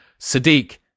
Sadiq